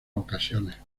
ocasiones